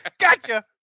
Gotcha